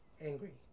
angry